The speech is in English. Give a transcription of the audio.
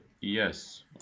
yes